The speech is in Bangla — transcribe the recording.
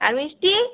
আর মিষ্টি